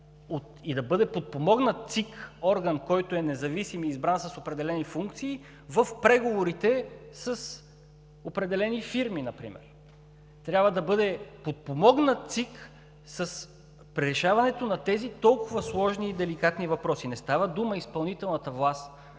и да бъде подпомогнат ЦИК – орган, който е независим и избран с опредени функции, в преговорите с определени фирми например. Трябва да бъде подпомогнат ЦИК при решаването на тези толкова сложни и деликатни въпроси. Не става дума изпълнителната власт